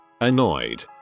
annoyed